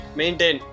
maintain